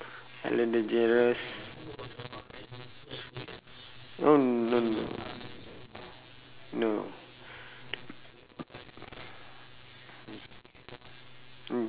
ellen degeneres no no no no no mm